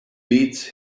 beats